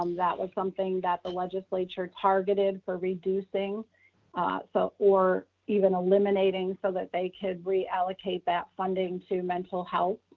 um that was something that the legislature targeted for reducing ah so or even eliminating so that they could reallocate that funding to mental health.